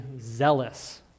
zealous